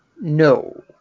No